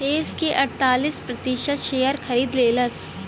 yes के अड़तालीस प्रतिशत शेअर खरीद लेलस